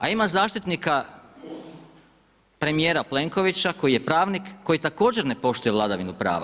A ima zaštitnika premijera Plenkovića koji je pravnik, koji također ne poštuje vladavinu prava.